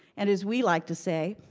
and as we like to say,